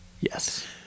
yes